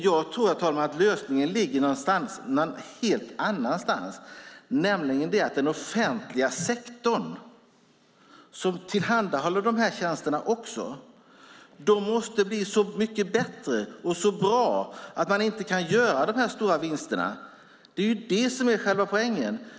Jag tror, herr talman, att lösningen ligger någon helt annanstans, nämligen i att den offentliga sektorn, som tillhandahåller dessa tjänster, måste bli mycket bättre och så bra att man inte kan göra de stora vinsterna. Det är själva poängen.